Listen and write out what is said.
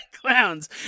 clowns